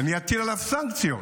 אני אטיל עליו סנקציות.